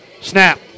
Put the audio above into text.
Snap